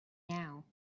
now